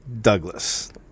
Douglas